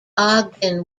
ogden